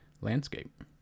landscape